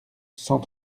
cent